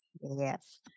yes